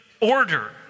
order